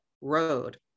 road